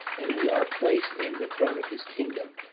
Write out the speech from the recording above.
and we are placed in the throne of his kingdom